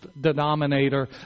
denominator